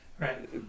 Right